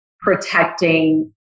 protecting